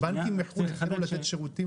בנקים יכולים לתת שירותים,